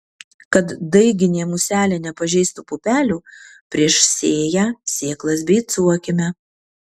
kad daiginė muselė nepažeistų pupelių prieš sėją sėklas beicuokime